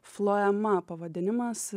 floema pavadinimas